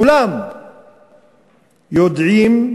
כולם יודעים,